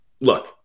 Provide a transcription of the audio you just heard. look